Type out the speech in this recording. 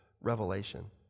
revelation